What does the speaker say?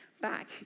back